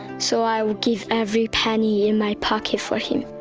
so i would give every penny in my pocket for him.